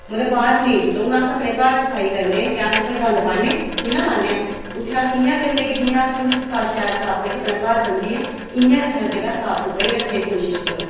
मतलब बाह्र नेईं सु'ट्टो हून अस अपने घर सफाई करने क्या अस उत्थै गंद पाने निना पाने ऐन उत्थै अस इ'यां करने की जि'यां अस शैल साफ सफाई अपनै घर समझियै इ'यां गै हर जगह् साफ सुथरी रक्खने दी कोशिश करो